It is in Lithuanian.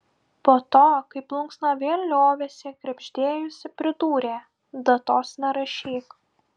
po to kai plunksna vėl liovėsi krebždėjusi pridūrė datos nerašyk